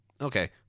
okay